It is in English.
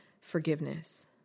forgiveness